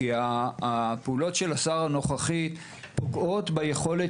משום שהפעולות של השר הנוכחי פוגעות ביכולת